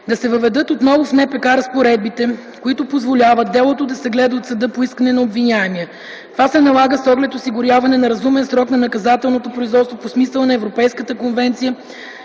да се въведат отново в НПК разпоредбите, които позволяват делото да се гледа от съда по искане на обвиняемия – това се налага с оглед осигуряване на разумен срок на наказателното производство по смисъла на Европейската конвенция